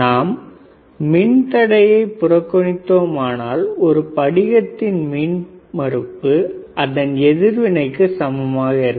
நாம் மின்தடையை புறக்கணித்தோமானால் ஒரு படிகத்தின் மின்மறுப்பு அதன் எதிர்வினைக்கு சமமாக இருக்கும்